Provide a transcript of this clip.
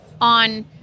on